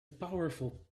powerful